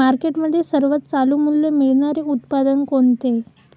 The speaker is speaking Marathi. मार्केटमध्ये सर्वात चालू मूल्य मिळणारे उत्पादन कोणते?